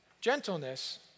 Gentleness